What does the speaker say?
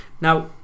Now